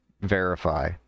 verify